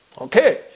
Okay